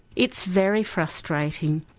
it's very frustrating,